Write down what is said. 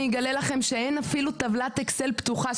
אגלה לכם שאין אפילו טבלת אקסל פתוחה,